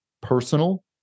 personal